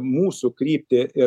mūsų kryptį ir